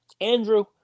Andrew